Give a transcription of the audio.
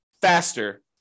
faster